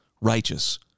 righteous